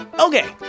Okay